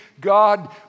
God